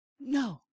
No